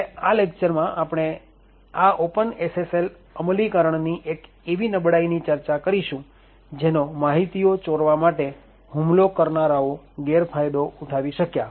હવે આ લેક્ચરમાં આપણે આ ઓપન SSL અમલીકરણની એક એવી નબળાઈની ચર્ચા કરીશું જેનો માહિતીઓ ચોરવા માટે હુમલો કરનારાઓ ગેરફાયદો ઉઠાવી શક્યા